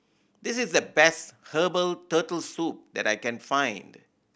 this is the best herbal Turtle Soup that I can find